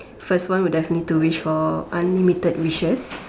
first would would definitely to wish for unlimited wishes